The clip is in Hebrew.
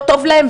לא טוב להם,